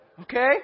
Okay